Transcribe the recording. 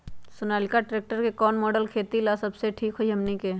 Sonalika tractor के कौन model खेती ला सबसे ठीक होई हमने की?